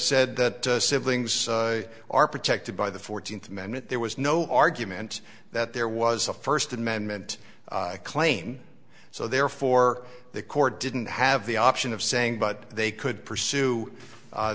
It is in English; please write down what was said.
said that siblings are protected by the fourteenth amendment there was no argument that there was a first amendment claim so therefore the court didn't have the option of saying but they could pursue